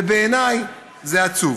ובעיניי זה עצוב.